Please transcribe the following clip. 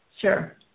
Sure